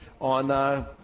On